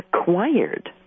Acquired